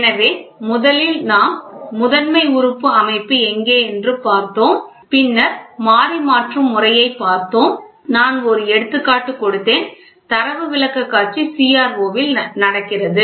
எனவே முதலில் நாம் முதன்மை உறுப்பு அமைப்பு எங்கே என்று பார்த்தோம் பின்னர் மாறி மாற்றும் முறையையும் பார்த்தோம் நான் ஒரு எடுத்துக்காட்டு கொடுத்தேன் தரவு விளக்கக்காட்சி CRO இல் நடக்கிறது